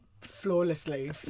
flawlessly